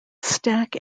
stack